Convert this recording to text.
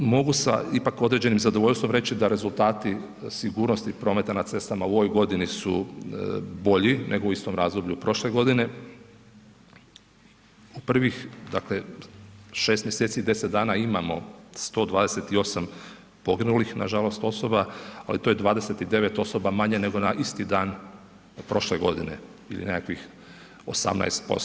Mogu sa ipak određenim zadovoljstvom reći da rezultati sigurnosti prometa na cestama u ovoj godini su bolji nego u istom razdoblju prošle godine, u prvih dakle 6 mjeseci i 10 dana imamo 128 poginulih nažalost osoba, ali to je 29 osoba manje nego na isti dan prošle godine ili nekakvih 18%